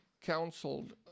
counseled